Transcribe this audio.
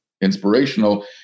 inspirational